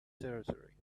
territory